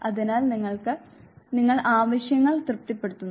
അതിനാൽ നിങ്ങൾ ആവശ്യങ്ങൾ തൃപ്തിപ്പെടുത്തുന്നു